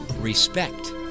Respect